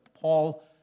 Paul